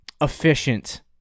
efficient